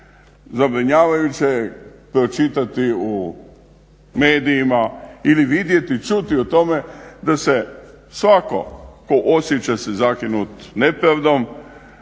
Zabrinjavajuće je pročitati u medijima ili vidjeti, čuti o tome da se svatko tko osjeća se zakinut nepravdom